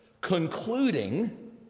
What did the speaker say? concluding